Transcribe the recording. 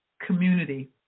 community